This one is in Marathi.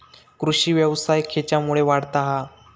कृषीव्यवसाय खेच्यामुळे वाढता हा?